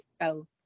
go